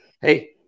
Hey